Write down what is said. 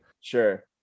Sure